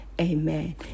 amen